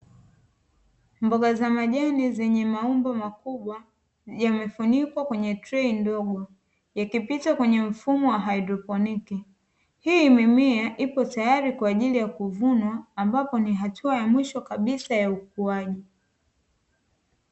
Mboga za majani zenye maumbo makubwa, yamefunikwa kwenye trei ndogo yakipita kwenye mfumo wa haidroponi. Hii mimea ipo tayari kwa ajili ya kuvunwa ambapo ni hatua ya mwisho kabisa ya ukuaji.